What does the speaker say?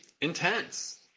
intense